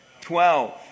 Twelve